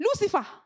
Lucifer